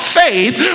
faith